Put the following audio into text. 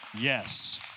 yes